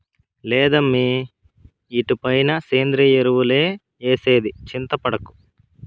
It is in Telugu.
లేదమ్మీ ఇటుపైన సేంద్రియ ఎరువులే ఏసేది చింతపడకు